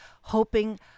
hoping